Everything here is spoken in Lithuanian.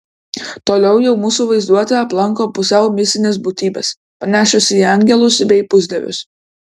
toliau jau mūsų vaizduotę aplanko pusiau mistinės būtybės panašios į angelus bei pusdievius